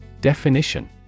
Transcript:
Definition